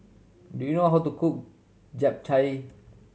do you know how to cook Japchae